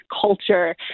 culture